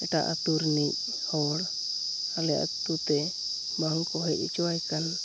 ᱮᱴᱟᱜ ᱟᱛᱳᱨᱤᱱᱤᱡ ᱦᱚᱲ ᱟᱞᱮ ᱟᱛᱳᱛᱮ ᱵᱟᱝᱠᱚ ᱦᱮᱡ ᱚᱪᱚᱣᱟᱭ ᱠᱟᱱ